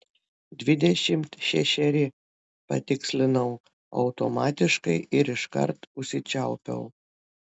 dvidešimt šešeri patikslinau automatiškai ir iškart užsičiaupiau